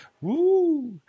Woo